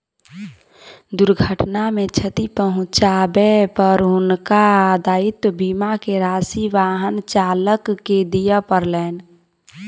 दुर्घटना मे क्षति पहुँचाबै पर हुनका दायित्व बीमा के राशि वाहन चालक के दिअ पड़लैन